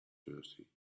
thirsty